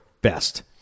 Best